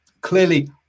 clearly